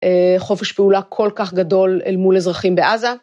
חופש פעולה כל כך גדול אל מול אזרחים בעזה.